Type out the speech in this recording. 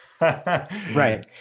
Right